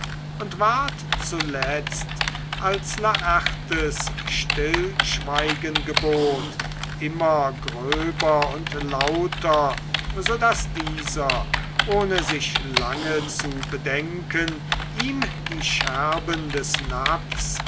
und ward zuletzt als laertes stillschweigen gebot immer gröber und lauter so daß dieser ohne sich lange zu bedenken ihm die scherben des napfes